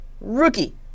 Rookie